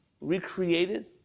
recreated